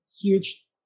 huge